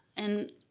and